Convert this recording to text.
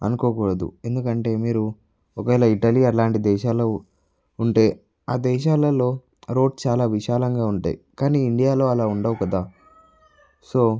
అనుకోకూడదు ఎందుకంటే మీరు ఒకవేళ ఇటలీ అలాంటి దేశాల్లో ఉంటే ఆదేశాలలో రోడ్ చాలా విశాలంగా ఉంటాయి కానీ ఇండియాలో అలా ఉండవు కదా సో